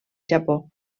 japó